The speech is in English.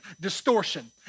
distortion